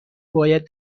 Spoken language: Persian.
باید